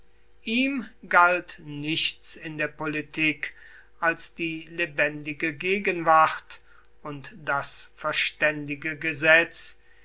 ihm galt nichts in der politik als die lebendige gegenwart und das verständige gesetz